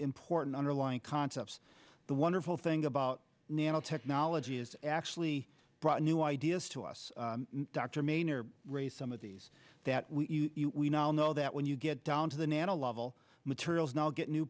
important underlying concepts the wonderful thing about nanotechnology is actually brought new ideas to us dr manere raised some of these that we now know that when you get down to the nano level materials now get new